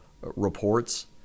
reports